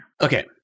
Okay